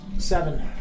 Seven